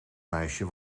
meisje